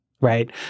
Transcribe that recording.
right